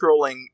scrolling